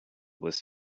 was